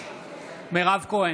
מירב כהן,